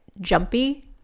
jumpy